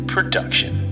Production